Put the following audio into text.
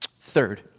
Third